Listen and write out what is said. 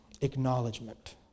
acknowledgement